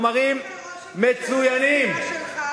תסביר לראש הממשלה שלך,